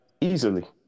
Easily